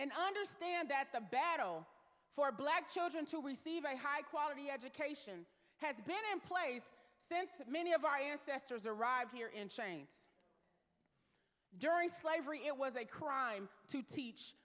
and understand that the battle for black children to receive a high quality education has been in place since many of our ancestors arrived here in chains during slavery it was a crime to teach